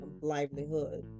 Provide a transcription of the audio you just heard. livelihood